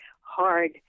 hard